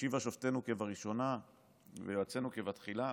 "השיבה שופטינו כבראשונה ויועצינו כבתחלה".